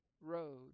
road